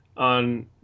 on